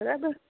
બરાબર